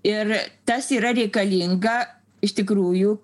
ir tas yra reikalinga iš tikrųjų